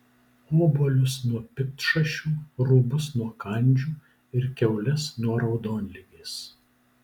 obuolius nuo piktšašių rūbus nuo kandžių ir kiaules nuo raudonligės